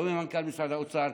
לא ממנכ"ל משרד האוצר.